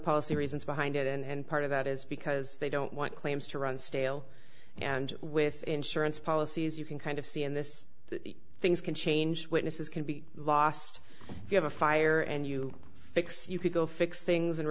policy reasons behind it and part of that is because they don't want claims to run stale and with insurance policies you can kind of see in this things can change witnesses can be lost if you have a fire and you fix you can go fix things and